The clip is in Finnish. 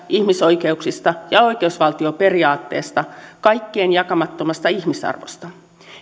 ihmisoi keuksista ja oikeusvaltioperiaatteesta kaikkien jakamattomasta ihmisarvosta